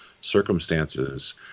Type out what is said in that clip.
circumstances